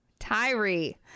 Tyree